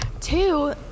Two